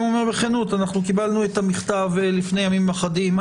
קיבלנו את המכתב לפני ימים אחדים.